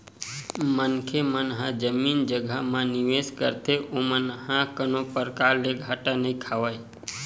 मनखे मन ह जमीन जघा म निवेस करथे ओमन ह कोनो परकार ले घाटा नइ खावय